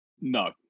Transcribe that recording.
No